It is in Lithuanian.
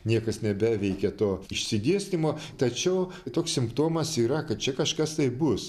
niekas nebeveikia to išsidėstymo tačiau toks simptomas yra kad čia kažkas tai bus